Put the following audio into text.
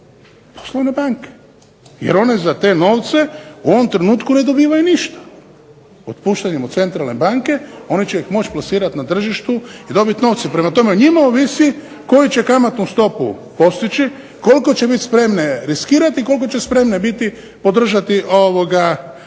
Poslovne banke, jer one za te novce u ovom trenutku ne dobivaju ništa. Otpuštanjem od centralne banke one će ih moći plasirati na tržištu i dobiti novce. Prema tome, o njima ovisi koju će kamatnu stopu postići, koliko će biti spremne riskirati i koliko će spremne biti podržati određene